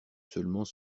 seulement